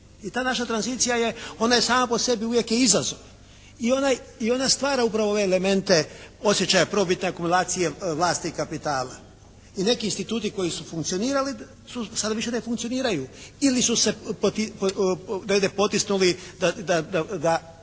i ta naša tranzicija je, ona je sama po sebi uvijek je izazov i ona stvara upravo ove elemente osjećaja prvobitne akumulacije vlasti i kapitala i neki instituti koji su funkcionirali su, sad više ne funkcioniraju ili su negdje potisnuli da